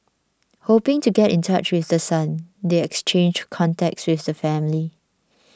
hoping to get in touch with the son they exchanged contacts with the family